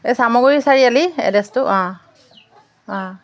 এই চামগ্ৰী চাৰিআলি এড্ৰেছটো অঁ অঁ